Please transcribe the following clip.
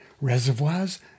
reservoirs